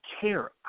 care